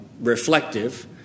reflective